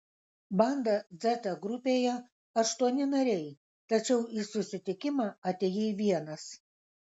banda dzeta grupėje aštuoni nariai tačiau į susitikimą atėjai vienas